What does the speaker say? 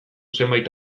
zenbait